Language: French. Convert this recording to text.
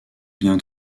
bien